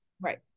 Right